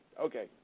Okay